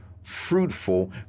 Fruitful